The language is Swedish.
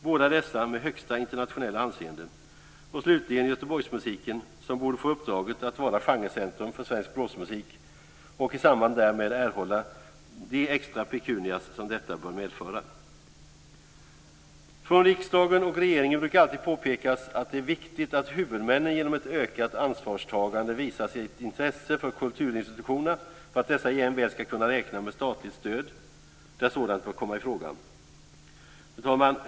Båda dessa har högsta internationella anseende. Slutligen gäller det Göteborgsmusiken, som borde få uppdraget att vara genrecentrum för svensk blåsmusik och i samband därmed erhålla de extra pecunia som detta bör medföra. Från riksdagen och regeringen brukar alltid påpekas att det är viktigt att huvudmännen genom ett ökat ansvarstagande visar sitt intresse för kulturinstitutionerna för att dessa jämväl ska kunna räkna med statligt stöd där sådant bör komma i fråga. Fru talman!